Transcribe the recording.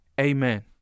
amen